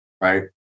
right